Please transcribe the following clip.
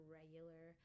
regular